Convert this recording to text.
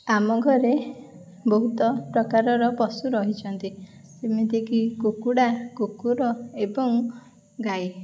ଆମ ଘରେ ବହୁତ ପ୍ରକାରର ପଶୁ ରହିଛନ୍ତି ଯେମିତିକି କୁକୁଡ଼ା କୁକୁର ଏବଂ ଗାଈ